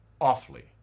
awfully